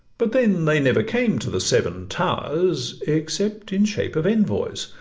but then they never came to the seven towers except in shape of envoys,